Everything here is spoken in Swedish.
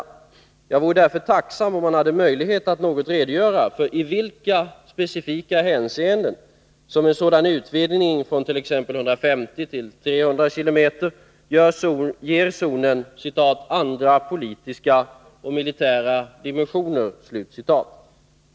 Jag vore därför tacksam om han hade möjlighet att något redogöra för i vilka specifika hänseenden som en sådan utvidgning från t.ex. 150 km till 300 km ger zonen ”andra politiska och militära dimensioner”.